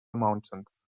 mountains